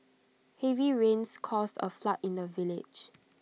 heavy rains caused A flood in the village